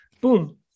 boom